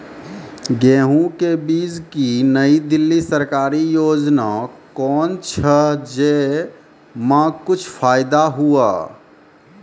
गेहूँ के बीज की नई दिल्ली सरकारी योजना कोन छ जय मां कुछ फायदा हुआ?